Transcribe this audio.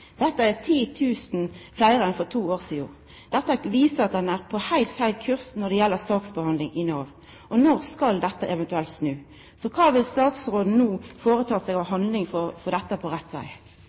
er 10 000 fler enn for to år siden, og dette viser at en er på helt feil kurs når det gjelder saksbehandling i Nav. Når skal dette eventuelt snu, og hva vil nå statsråden foreta seg av handling for å få dette på rette vei?»